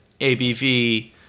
ABV